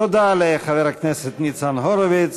תודה לחבר הכנסת ניצן הורוביץ.